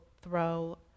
throw